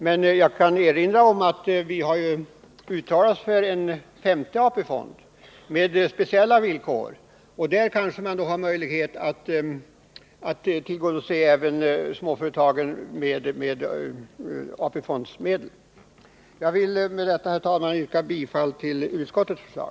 Men jag kan erinra om att vi har uttalat oss för en femte AP-fond med speciella villkor. Där kanske man då får möjlighet att tillgodose även småföretagen med AP-fondmedel. Jag vill, herr talman, med detta yrka bifall till utskottets förslag.